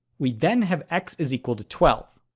we then have x is equal to twelve.